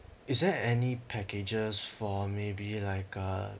is there any packages for maybe like a